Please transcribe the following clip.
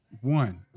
One